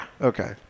Okay